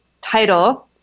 title